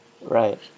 Right